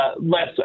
less